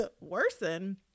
worsen